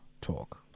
Talk